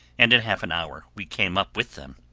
and in half an hour we came up with them.